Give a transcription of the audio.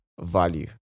value